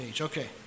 Okay